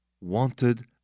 wanted